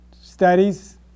studies